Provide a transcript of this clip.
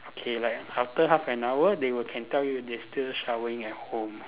okay like after half an hour they will can tell you they still showering at home